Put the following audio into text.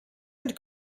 had